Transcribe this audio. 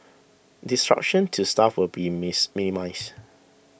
disruption to staff will be miss minimised